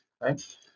right